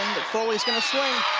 foley is going to swing.